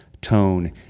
tone